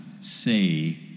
say